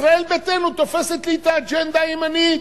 ישראל ביתנו תופסת לי את האג'נדה הימנית.